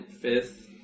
fifth